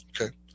Okay